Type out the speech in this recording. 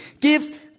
Give